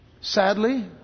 Sadly